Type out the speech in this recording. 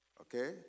Okay